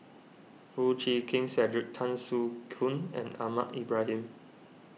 Foo Chee Keng Cedric Tan Soo Khoon and Ahmad Ibrahim